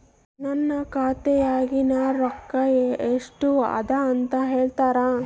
ನನ್ನ ಖಾತೆಯಾಗಿನ ರೊಕ್ಕ ಎಷ್ಟು ಅದಾ ಅಂತಾ ಹೇಳುತ್ತೇರಾ?